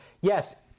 yes